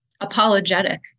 apologetic